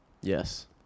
Yes